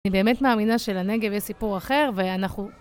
אני באמת מאמינה שלנגב יש סיפור אחר, ואנחנו...